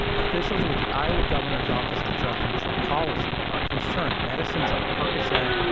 officials with the iowa governor's office of drug control policy are concerned medicines like percocet,